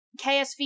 KSV